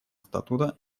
статута